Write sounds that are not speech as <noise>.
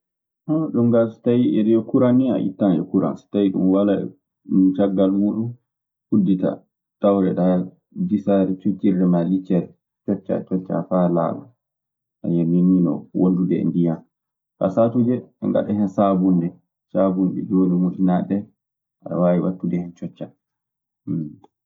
<hesitation> ɗun kaa, so tawi eɗi e kuraŋ nii, a ittan e kuraŋ. So tawii ɗun walaa eeb caggal muuɗun. Udditaa, tawreɗaa disaare coccirnde maaɗa liccere. Cocca cocca faa laaɓa. <hesitation> non nii non, wondude e ndiyan. Kaa saatuuje eɓe ngaɗa hen saabunde. Saabunɗe jooni moƴƴinaaɗe ɗee, aɗe waawi waɗtude hen cocca.